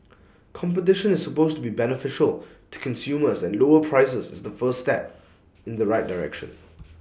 competition is supposed to be beneficial to consumers and lower prices is the first step in the right direction